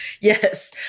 Yes